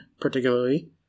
particularly